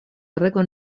gordeko